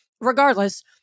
Regardless